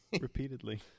Repeatedly